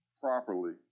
properly